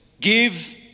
Give